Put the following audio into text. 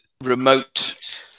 remote